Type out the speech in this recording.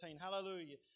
Hallelujah